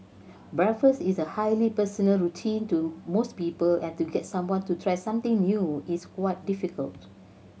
breakfast is a highly personal routine to most people and to get someone to try something new is quite difficult